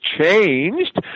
changed